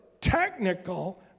technical